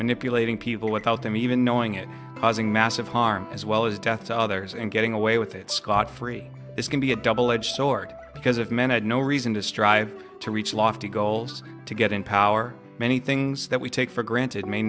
manipulating people without them even knowing it causing massive harm as well as death to others and getting away with it scot free this can be a double edged sword because of men had no reason to strive to reach lofty goals to get in power many things that we take for granted may